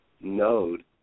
node